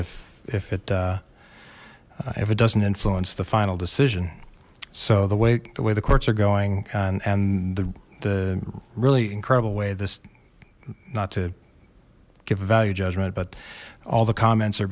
if if it if it doesn't influence the final decision so the way the way the courts are going and and the really incredible way this not to give a value judgment but all the comments are